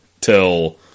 till